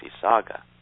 saga